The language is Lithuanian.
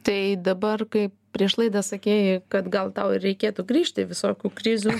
tai dabar kaip prieš laidą sakei kad gal tau ir reikėtų grįžti į visokių krizių